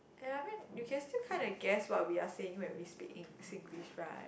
ya I mean you can still kinda guess what we are saying when we speak in Singlish right